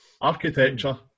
architecture